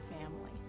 family